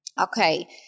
Okay